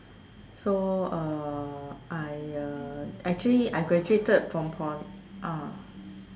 so uh I uh actually I graduated from pol~ ah